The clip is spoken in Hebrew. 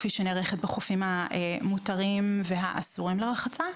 כפי שהיא נערכת בחופים המותרים והאסורים לרחצה.